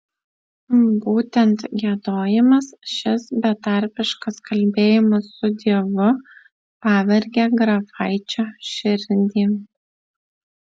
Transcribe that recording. būtent giedojimas šis betarpiškas kalbėjimas su dievu pavergė grafaičio širdį